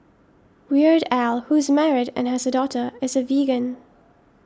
Weird Al who is married and has a daughter is a vegan